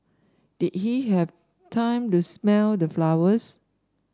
did he have time to smell the flowers